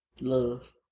love